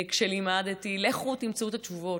כשלימדתי: לכו תמצאו את התשובות.